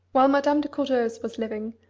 while madame de courteheuse was living,